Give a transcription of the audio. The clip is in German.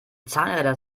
zahnräder